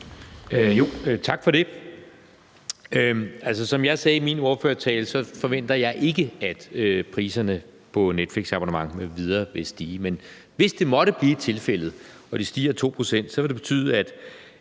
Tak for det. Altså, som jeg sagde i min ordførertale, forventer jeg ikke, at priserne på et Netflixabonnement m.v. vil stige, men hvis det måtte blive tilfældet, og de stiger 2 pct., så vil det betyde, at